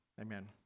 Amen